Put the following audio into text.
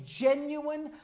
genuine